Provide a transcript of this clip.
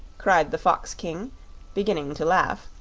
cried the fox-king, beginning to laugh.